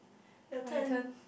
your turn